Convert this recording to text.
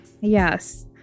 yes